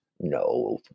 No